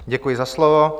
Děkuji za slovo.